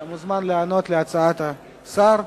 אתה מוזמן לענות על הצעת השר,